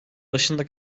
başında